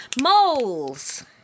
Moles